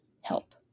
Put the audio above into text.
help